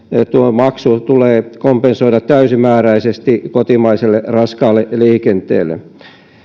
maksu tulee kompensoida täysimääräisesti kotimaiselle raskaalle liikenteelle